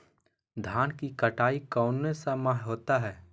धान की कटाई कौन सा माह होता है?